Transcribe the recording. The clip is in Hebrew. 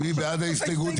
מי בעד ההסתייגות?